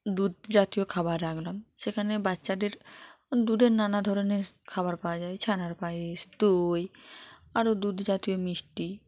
দুধ জাতীয় খাবার রাখলাম সেখানে বাচ্চাদের দুধের নানা ধরনের খাবার পাওয়া যায় ছানার পায়েস দই আরও দুধ জাতীয় মিষ্টি